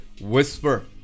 whisper